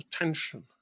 attention